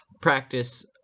practice